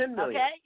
okay